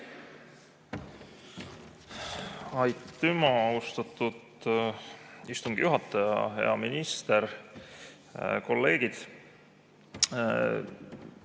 Aitüma, austatud istungi juhataja! Hea minister! Kolleegid!